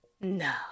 No